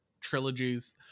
trilogies